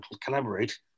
collaborate